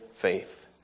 faith